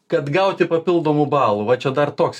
kad gauti papildomų balų va čia dar toks